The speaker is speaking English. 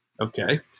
Okay